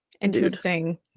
interesting